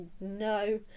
no